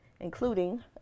including